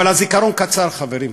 אבל הזיכרון קצר, חברים.